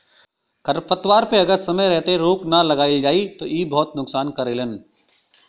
खरपतवार पे अगर समय रहते रोक ना लगावल जाई त इ बहुते नुकसान करेलन